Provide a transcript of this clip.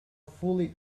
fully